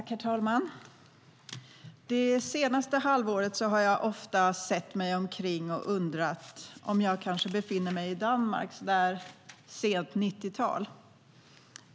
Herr talman! Det senaste halvåret har jag ofta sett mig omkring och undrat om jag befinner mig i Danmark under sent 90-tal.